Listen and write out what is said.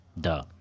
Duh